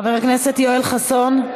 חבר הכנסת יואל חסון,